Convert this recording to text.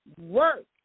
work